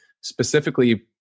specifically